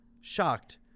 shocked